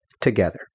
together